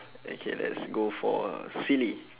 okay let's go for uh silly